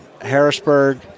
Harrisburg